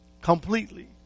completely